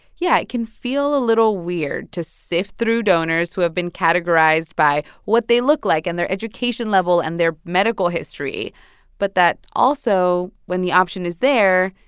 yeah, it can feel a little weird to sift through donors who have been categorized by what they look like and their education level and their medical history but that also, when the option is there,